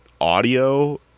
audio